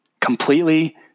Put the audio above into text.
completely